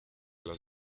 las